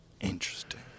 Interesting